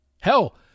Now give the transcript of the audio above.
Hell